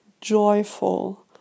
joyful